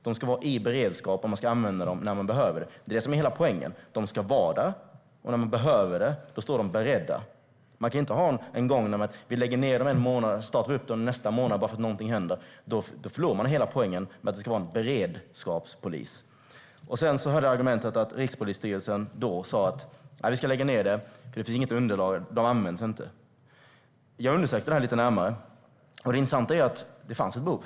De ska vara i beredskap, och man ska använda dem när man behöver det. Det är det som är hela poängen. De ska vara där, och när man behöver dem står de beredda. Man kan inte ha en gång där man lägger ned dem en månad och startar upp dem nästa månad bara för att någonting händer. Då förlorar man hela poängen med att det ska vara en beredskapspolis. Jag hörde argumentet att Rikspolisstyrelsen då sa att man skulle lägga ned beredskapspolisen eftersom det inte fanns något underlag och att den inte användes. Jag undersökte detta lite närmare, och det intressanta är att det fanns ett behov.